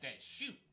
shoot